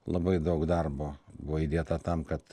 labai daug darbo buvo įdėta tam kad